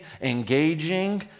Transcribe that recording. engaging